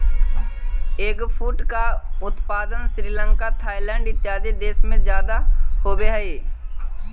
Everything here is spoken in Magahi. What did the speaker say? एगफ्रूट का उत्पादन श्रीलंका थाईलैंड इत्यादि देशों में ज्यादा होवअ हई